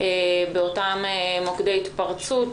במוקדי ההתפרצות.